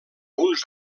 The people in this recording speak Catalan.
uns